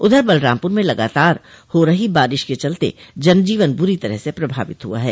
उधर बलरामपुर में लगातार हो रही तेज बारिश के चलते जन जीवन बुरी तरह से प्रभावित हुआ है